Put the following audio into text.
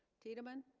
tiedemann